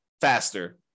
faster